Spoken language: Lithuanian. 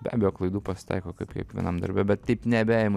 be abejo klaidų pasitaiko kaip kiekvienam darbe bet taip nebeimu